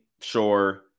sure